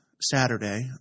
Saturday